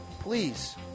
please